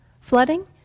flooding